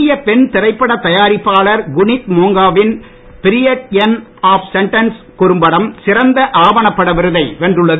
இந்திய பெண் திரைப்படத் தயாரிப்பாளர் குனீத் மோங்கா வின் பீரியட் எண்ட் ஆப் சென்டன்ஸ் குறும்படம் சிறந்த ஆவணப் பட விருதை வென்றுள்ளது